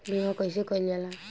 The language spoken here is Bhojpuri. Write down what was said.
बीमा कइसे कइल जाला?